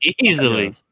easily